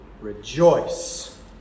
rejoice